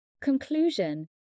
Conclusion